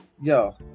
Yo